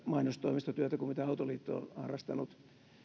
mainostoimistotyötä kuin mitä autoliitto on harrastanut